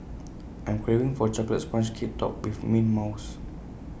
I am craving for A Chocolate Sponge Cake Topped with Mint Mousse